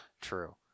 True